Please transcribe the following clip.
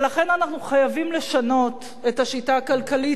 ולכן אנחנו חייבים לשנות את השיטה הכלכלית,